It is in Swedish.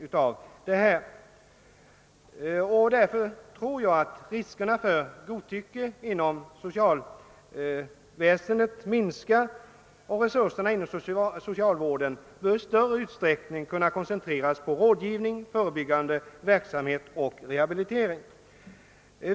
Jag tror därför att riskerna för godtycke inom socialvårdsområdet kommer att minska, och resurserna kan 1 större utsträckning koncentreras på rådgivning, förebyggande verksamhet och rehabilitering.